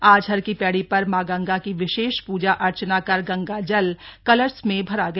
आज हर की पैड़ी पर मां गंगा की विशेष पूजा अर्चना कर गंगाजल कलश में भरा गया